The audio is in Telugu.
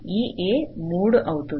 ఈ A 3 అవుతుంది